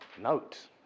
note